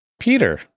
Peter